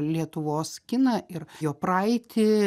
lietuvos kiną ir jo praeitį